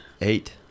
Eight